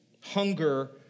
Hunger